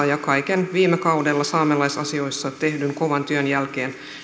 ja kaiken viime kaudella saamelaisasioissa tehdyn kovan työn jälkeen